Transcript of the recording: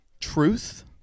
Truth